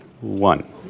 one